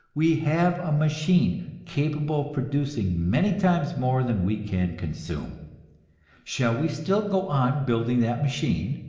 we have a machine capable of producing many times more than we can consume shall we still go on building that machine?